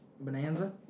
Bonanza